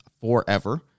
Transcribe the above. forever